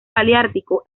paleártico